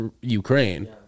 Ukraine